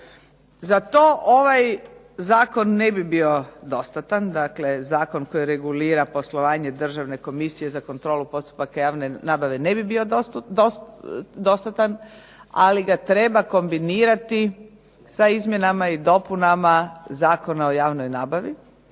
Za to ovaj zakon ne bi bio dostatan. Dakle, zakon koji regulira poslovanje Državne komisije za kontrolu postupaka javne nabave ne bi bio dostatan, ali ga treba kombinirati sa izmjenama i dopunama Zakona o javnoj nabavi,